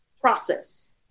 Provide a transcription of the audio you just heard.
process